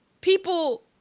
people